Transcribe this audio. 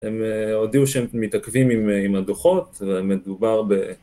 הם הודיעו שהם מתעכבים עם הדוחות, ומדובר ב...